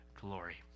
glory